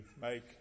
make